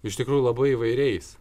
iš tikrųjų labai įvairiais